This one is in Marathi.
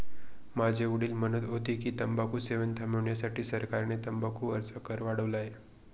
माझे वडील म्हणत होते की, तंबाखू सेवन थांबविण्यासाठी सरकारने तंबाखू वरचा कर वाढवला आहे